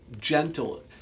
gentle